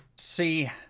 See